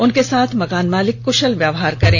उनके साथ मकान मालिक क्षल व्यवहार करें